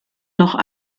noch